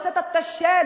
הוצאת את השד,